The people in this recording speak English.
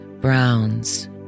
browns